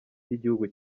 ry’igihugu